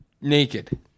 naked